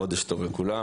חודש טוב לכולם.